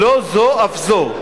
לא זו אף זו.